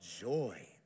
joy